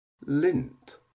lint